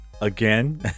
again